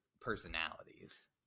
personalities